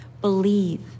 Believe